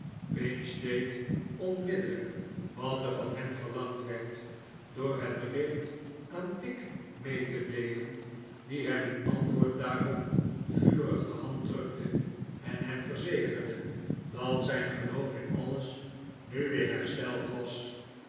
pinch deed onmiddellijk wat er van hem verlangd werd door het bericht aan tigg mee te deelen die hem in antwoord daarop vurig de hand drukte en hem verzekerde dat zijn geloof in alles nu weer hersteld was